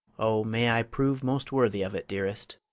oh, may i prove most worthy of it, dearest.